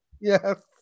Yes